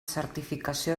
certificació